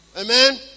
Amen